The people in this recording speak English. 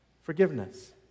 forgiveness